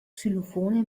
xylophone